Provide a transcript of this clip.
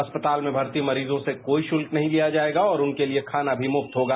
अस्पताल में भर्ती मरीजों से कोई शुल्क नहीं लिया जाएगा और उनके लिए खाना भी मुक्त होगा